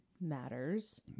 matters